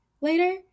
later